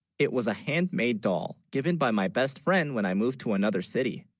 it was a handmade doll given, by, my best friend when i moved to another city